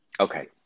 Okay